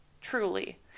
Truly